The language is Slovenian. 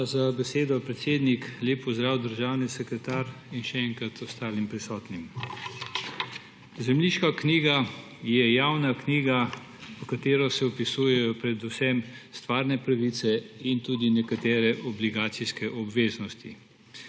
Hvala za besedo, predsednik. Lep pozdrav, državni sekretar, in še enkrat ostali prisotni! Zemljiška knjiga je javna knjiga, v katero se vpisujejo predvsem stvarne pravice in tudi nekatere obligacijske obveznosti.